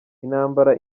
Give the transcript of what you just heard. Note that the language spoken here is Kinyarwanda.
intambara